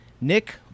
Nick